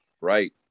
right